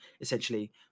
essentially